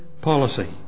policy